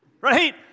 Right